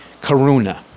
karuna